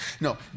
No